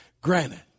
Granted